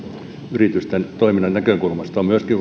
yritysten toiminnan näkökulmasta myöskin